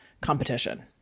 competition